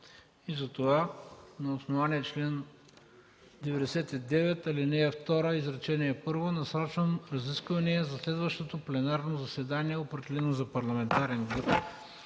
и за това на основание чл. 99, ал. 2, изречение първо, насрочвам разисквания за следващото пленарно заседание, определено за парламентарен